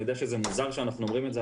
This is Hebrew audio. אני יודע שזה מוזר שאנחנו אומרים את זה,